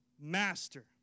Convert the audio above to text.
master